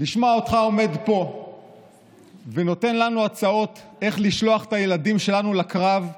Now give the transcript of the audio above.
לשמוע אותך עומד פה ונותן לנו הצעות איך לשלוח את הילדים שלנו לקרב,